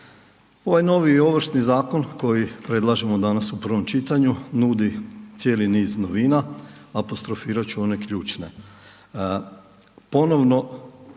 Ovaj novi ovršni zakon koji predlažemo danas u prvom čitanju nudi cijeli niz novina, apostrofirat ću one ključne.